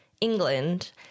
England